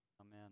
Amen